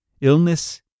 illness